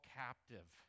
captive